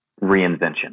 reinvention